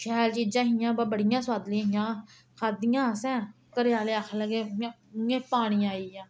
शैल चीजां हियां बा बड़ियां सोआदलियां हियां खाद्धियां असें घरे आह्ले आखन लगे इयां इयां मुहें पानी आई गेआ